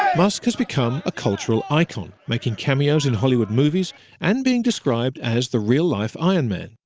musk has become a cultural icon, making cameos in hollywood movies and being described as the real life iron man.